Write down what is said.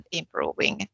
improving